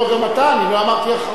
לא, גם אתה, אני לא אמרתי אחרון.